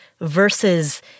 versus